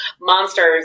monsters